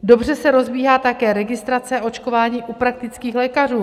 Dobře se rozbíhá také registrace očkování u praktických lékařů.